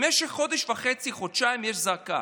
במשך חודש וחצי, חודשיים יש זעקה.